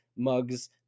mugs